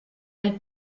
elle